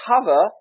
cover